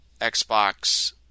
Xbox